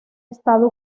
estado